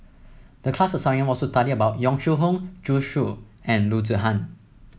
the class assignment was to study about Yong Shu Hoong Zhu Xu and Loo Zihan